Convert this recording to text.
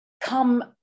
come